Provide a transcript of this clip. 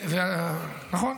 נכון,